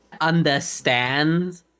understand